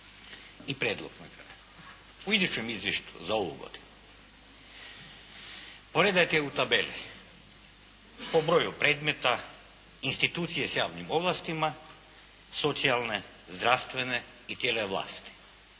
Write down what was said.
I prijedlog moj kratki. U idućem izvješću za ovu godinu poredajte u tabele po broju predmeta institucije s javnim ovlastima, socijalne, zdravstvene i tijela javne